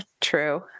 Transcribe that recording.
true